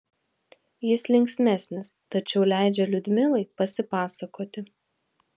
jis linksmesnis tačiau leidžia liudmilai pasipasakoti